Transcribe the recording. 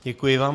Děkuji vám.